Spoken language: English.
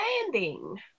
landing